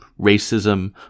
racism